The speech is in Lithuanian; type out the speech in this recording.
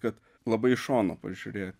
kad labai iš šono pažiūrėt